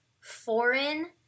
foreign